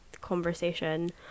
conversation